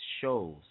shows